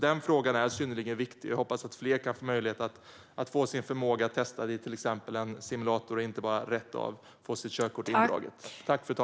Denna fråga är synnerligen viktig. Jag hoppas att fler kan få möjlighet att få sin förmåga testad i till exempel en simulator och inte bara rätt av får sitt körkort indraget.